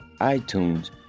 iTunes